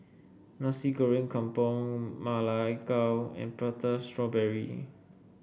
Nasi Goreng Kampung Ma Lai Gao and Prata Strawberry